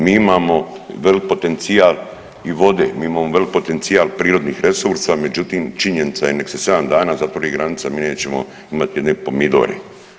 Mi imamo veliki potencijal i vode, mi imamo velik potencijal prirodnih resursa međutim činjenica nek se 7 dana zatvori granica mi nećemo imati jedne pomidore.